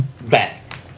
Back